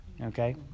okay